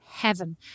heaven